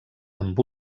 amb